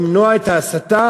למנוע את ההסתה,